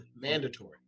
mandatory